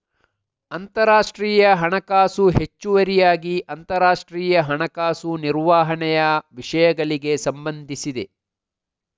ಅಂತರರಾಷ್ಟ್ರೀಯ ಹಣಕಾಸು ಹೆಚ್ಚುವರಿಯಾಗಿ ಅಂತರರಾಷ್ಟ್ರೀಯ ಹಣಕಾಸು ನಿರ್ವಹಣೆಯ ವಿಷಯಗಳಿಗೆ ಸಂಬಂಧಿಸಿದೆ